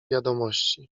wiadomości